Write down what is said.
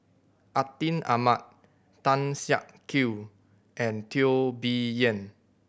Atin Amat Tan Siak Kew and Teo Bee Yen